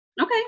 Okay